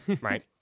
right